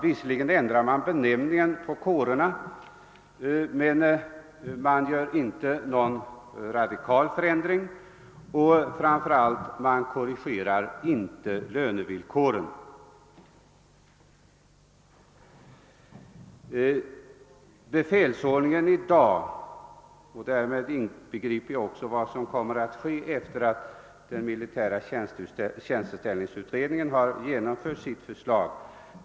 Visserligen ändrar man benämningen på kårerna och på graderna, men man vidtar ingen radikal förändring och framför allt korrigeras inte lönevillkoren. Befälsordningen i dag är inte ändamålsenlig, och kommer heller inte att bli det sedan den militära tjänsteställningsutredningens förslag genomförts inom armén.